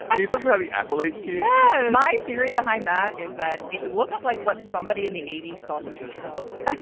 well you talk about the apple hq yeah my theory behind that is that it looks like what somebody in the eighty s thought the future would look like